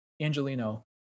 Angelino